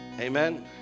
Amen